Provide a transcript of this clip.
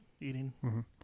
eating